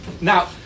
Now